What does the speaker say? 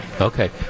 Okay